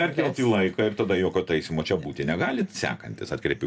perkelt į laiką ir tada jokio taisymo čia būti negali sekantis atkreipiu